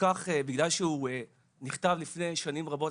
בגלל שהוא נכתב לפני שנים רבות.